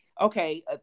okay